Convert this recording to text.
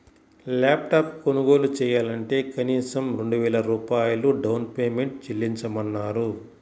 lap top కొనుగోలు చెయ్యాలంటే కనీసం రెండు వేల రూపాయలు డౌన్ పేమెంట్ చెల్లించమన్నారు